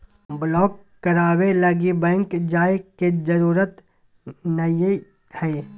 block कराबे लगी bank जाय के जरूरत नयय हइ